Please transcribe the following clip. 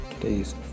Today's